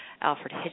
Alfred